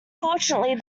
fortunately